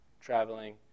traveling